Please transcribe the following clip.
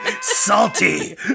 Salty